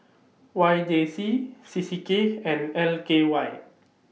Y J C C C K and L K Y